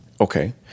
Okay